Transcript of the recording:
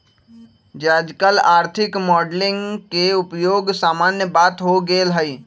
याजकाल आर्थिक मॉडलिंग के उपयोग सामान्य बात हो गेल हइ